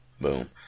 boom